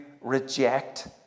reject